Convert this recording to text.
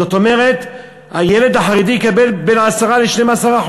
זאת אומרת, הילד החרדי יקבל בין 10% ל-12%.